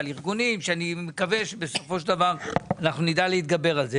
על ארגונים שאני מקווה שבסופו של דבר אנחנו נדע להתגבר על זה.